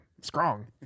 Strong